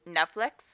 Netflix